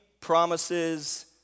promises